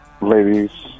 Ladies